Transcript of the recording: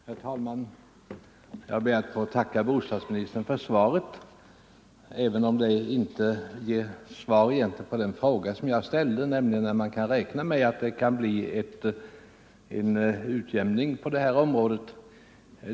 Herr talman! Jag ber att få tacka bostadsministern för svaret, även om det egentligen inte ger svar på den fråga som jag ställde, nämligen när man kan räkna med att det blir en utjämning för folkpensionärernas del när det gäller bostadstilläggen.